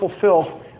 fulfill